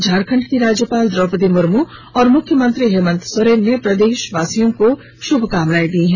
झारखंड की राज्यपाल द्रौपदी मुर्मू और मुख्यमंत्री हेमंत सोरेने ने प्रदेशवासियों को शुभकामनाएं दी हैं